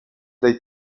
dai